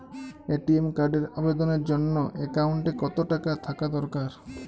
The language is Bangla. এ.টি.এম কার্ডের আবেদনের জন্য অ্যাকাউন্টে কতো টাকা থাকা দরকার?